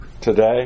today